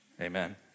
amen